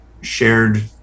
shared